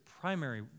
primary